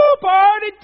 Party